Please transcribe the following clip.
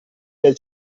del